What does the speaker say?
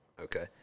okay